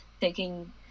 taking